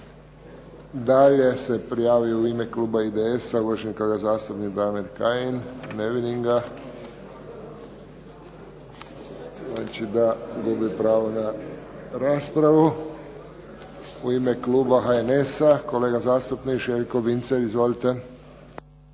Dalje se prijavio u ime kluba ISD-a uvaženi kolega zastupnik Damir Kajin, ne vidim ga, znači da gubi pravo na raspravu. U ime kluba HNS-a kolega zastupnik Željko Vincelj. Izvolite.